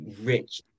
rich